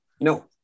No